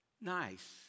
nice